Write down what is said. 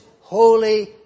holy